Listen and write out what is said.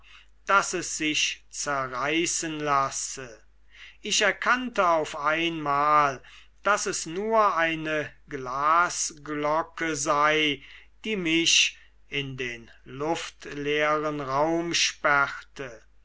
daß es sich zerreißen lasse ich erkannte auf einmal daß es nur eine glasglocke sei die mich in den luftleeren raum sperrte